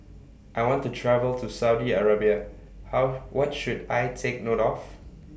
I want to travel to Saudi Arabia How What should I Take note of